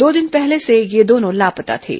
दो दिन पहले से ये दोनों लापता थे